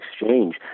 exchange